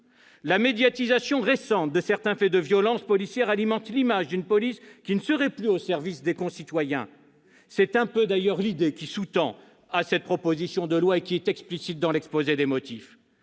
La médiatisation récente de certains faits de violences policières alimente l'image d'une police qui ne serait plus au service des concitoyens. C'est un peu l'idée qui sous-tend cette proposition de loi, et qui est explicite dans son exposé des motifs.